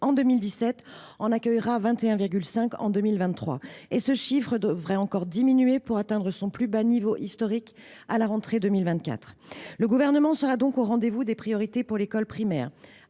en 2017, en accueillera 21,5 en 2023. Ce chiffre devrait encore diminuer pour atteindre son plus bas niveau historique à la rentrée 2024. Le Gouvernement sera donc au rendez vous des priorités pour l’école primaire